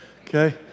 okay